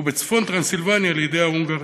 ובצפון טרנסילבניה, לידי ההונגרים.